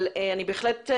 אבל אני בהחלט.